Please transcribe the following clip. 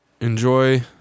Enjoy